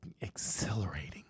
exhilarating